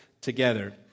together